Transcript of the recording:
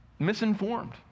misinformed